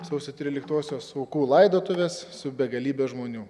sausio tryliktosios aukų laidotuvės su begalybe žmonių